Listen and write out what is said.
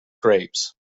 grapes